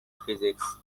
physics